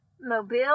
Mobile